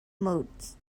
modes